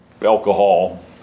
alcohol